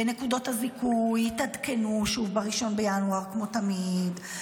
ונקודות הזיכוי יתעדכנו שוב ב-1 בינואר כמו תמיד,